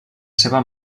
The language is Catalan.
seva